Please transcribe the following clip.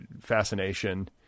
fascination